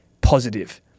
positive